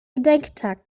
gedenktag